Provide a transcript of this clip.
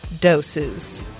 doses